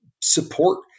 support